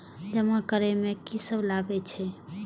जमा करे में की सब लगे छै?